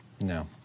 No